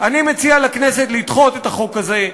אני מציע לכנסת לדחות את החוק הזה,